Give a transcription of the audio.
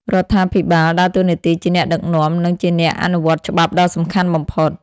រដ្ឋាភិបាលដើរតួនាទីជាអ្នកដឹកនាំ និងជាអ្នកអនុវត្តច្បាប់ដ៏សំខាន់បំផុត។